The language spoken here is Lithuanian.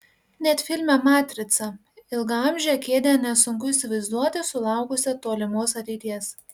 net filme matrica ilgaamžę kėdę nesunku įsivaizduoti sulaukusią tolimos ateities